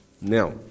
Now